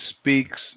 speaks